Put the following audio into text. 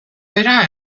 bera